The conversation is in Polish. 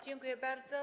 Dziękuję bardzo.